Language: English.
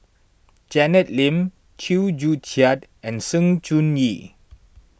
Janet Lim Chew Joo Chiat and Sng Choon Yee